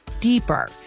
deeper